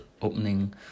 opening